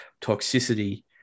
toxicity